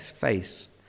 face